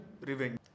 revenge